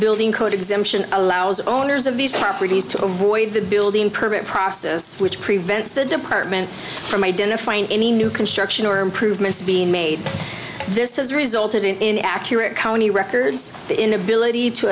building code exemption allows owners of these properties to avoid the building permit process which prevents the department from identifying any new construction or improvements being made this has resulted in accurate county records the inability to